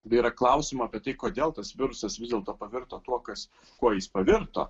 yra klausiama apie tai kodėl tas virusas vis dėlto pavirto tuo kas kuo jis pavirto